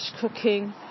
cooking